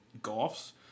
golfs